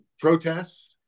protests